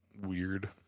weird